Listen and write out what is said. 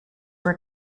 were